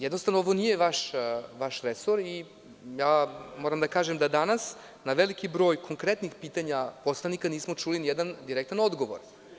Jednostavno, ovo nije vaš resor i moram da kažem da danas na veliki broj konkretnih pitanja poslanika nismo čuli nijedan direktan odgovor.